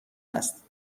است